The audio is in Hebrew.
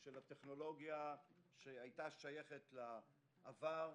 של הטכנולוגויה שהיתה שייכת לעבר,